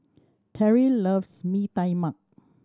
Terrill loves Mee Tai Mak